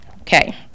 Okay